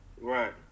Right